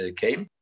came